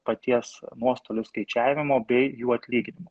paties nuostolių skaičiavimo bei jų atlyginimo